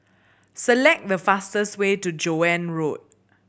select the fastest way to Joan Road